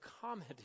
comedy